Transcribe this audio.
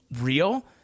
real